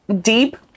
deep